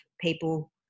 people